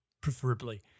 preferably